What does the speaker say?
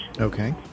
Okay